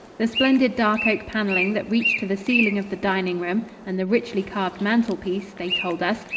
the splendid dark-oak paneling that reached to the ceiling of the dining room and the richly carved mantel-piece, they told us,